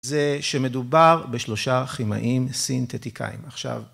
זה שמדובר בשלושה כימאים סינתטיקאיים, עכשיו.